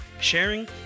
sharing